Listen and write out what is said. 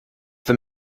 wenn